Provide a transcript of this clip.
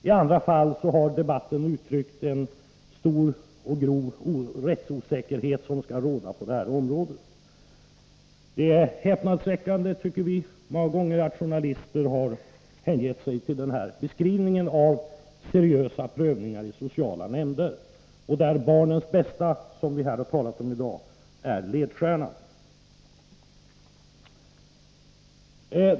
I andra fall har debatten gett uttryck åt uppfattningen att en stor och grov rättsosäkerhet råder på detta område. Det är häpnadsväckande att journalister har hängett sig åt denna beskrivning av seriösa prövningar i sociala nämnder, där barnens bästa, som vi har talat om här i dag, är ledstjärnan.